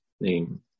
name